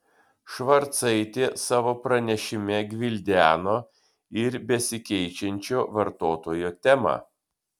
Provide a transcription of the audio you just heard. švarcaitė savo pranešime gvildeno ir besikeičiančio vartotojo temą